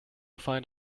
find